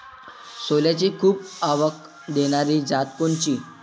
सोल्याची खूप आवक देनारी जात कोनची?